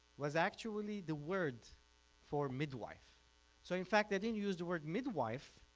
was actually the word for midwife, so in fact they didn't use the word midwife,